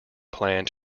planned